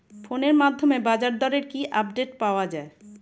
ফোনের মাধ্যমে বাজারদরের কি আপডেট পাওয়া যায়?